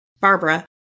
Barbara